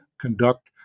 conduct